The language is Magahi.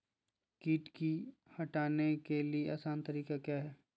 किट की हटाने के ली आसान तरीका क्या है?